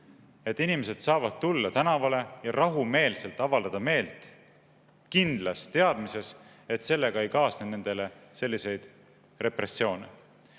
et inimesed saavad tulla tänavale ja rahumeelselt avaldada meelt kindlas teadmises, et sellega ei kaasne nendele selliseid repressioone.